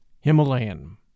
Himalayan